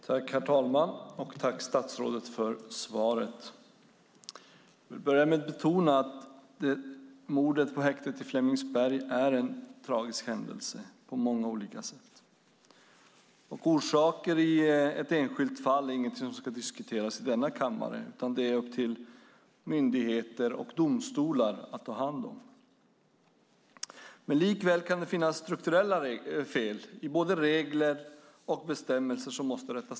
Herr talman! Tack, statsrådet, för svaret. Jag vill börja med att betona att mordet på häktet i Flemingsberg är en tragisk händelse på många olika sätt. Orsaker i ett enskilt fall är inte något som ska diskuteras i denna kammare. Det är upp till myndigheter och domstolar att ta hand om det. Likväl kan det finnas strukturella fel som måste rättas till i regler och bestämmelser.